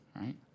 right